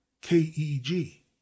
K-E-G